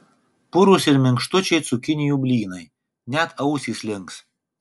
purūs ir minkštučiai cukinijų blynai net ausys links